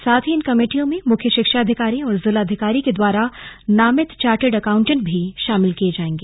साथ ही इन कमेटियों में मुख्य शिक्षा अधिकारी और जिलाधिकारी के द्वारा नामित चार्टेड अकाउंटेड भी शामिल किए जाएंगे